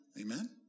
Amen